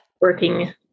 working